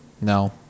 No